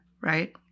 Right